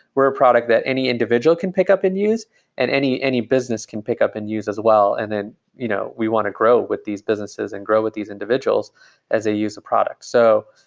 we're a product that any individual can pick up and use and any any business can pick up and use as well, and then you know we want to grow with these businesses and grow with these individuals as a useful product. so,